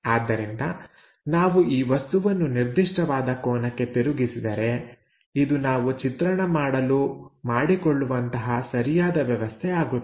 ಆದ್ದರಿಂದನಾವು ಈ ವಸ್ತುವನ್ನು ನಿರ್ದಿಷ್ಟವಾದ ಕೋನಕ್ಕೆ ತಿರುಗಿಸಿದರೆ ಇದು ನಾವು ಚಿತ್ರಣ ಮಾಡಲು ಮಾಡಿಕೊಳ್ಳುವಂತಹ ಸರಿಯಾದ ವ್ಯವಸ್ಥೆ ಆಗುತ್ತದೆ